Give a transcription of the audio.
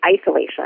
isolation